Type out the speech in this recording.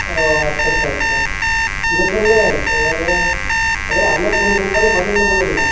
ও আচ্ছা আচ্ছা আচ্ছা কীপ্যাড ফোন নেবেন এবারে এবারে আপনার কোন কোম্পানি পছন্দ বলুন না